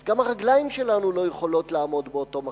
אז גם הרגליים שלנו לא יכולות לעמוד באותו מקום.